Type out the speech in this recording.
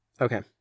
Okay